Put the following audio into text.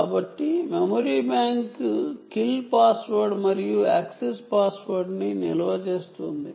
కాబట్టి memory bank కిల్ password మరియు యాక్సెస్ పాస్వర్డ్ను నిల్వ చేస్తుంది